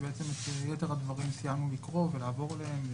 כי את יתר הדברים סיימנו לקרוא ולעבור עליהם.